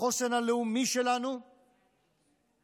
בחוסן הלאומי שלנו בדמוקרטיה,